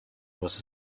was